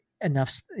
enough